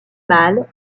mâles